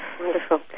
Wonderful